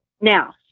Now